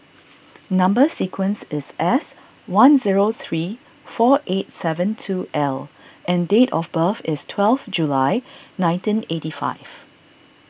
Number Sequence is S one zero three four eight seven two L and date of birth is twelve July nineteen eighty five